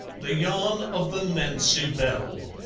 the yarn of the nancy bell